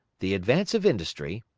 the advance of industry,